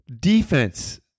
Defense